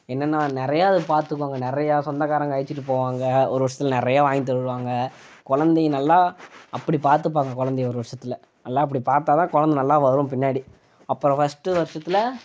என்னென்ன நிறையா பார்த்துக்கோங்க நிறையா சொந்தக்காரங்க அழைச்சிட்டு போவாங்க ஒரு வருஷத்துல நிறையா வாங்கித்தருவாங்க குழந்தைய நல்லா அப்படி பார்த்துப்பாங்க குழந்தைய ஒரு வருஷத்துல நல்லா அப்படி பார்த்தா தான் குழந்த நல்லா வரும் பின்னாடி அப்பறம் ஃபர்ஸ்டு வருஷத்துல